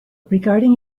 regarding